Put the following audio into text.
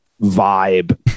vibe